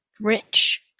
rich